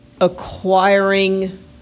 acquiring